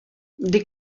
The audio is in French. des